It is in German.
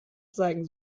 zeigen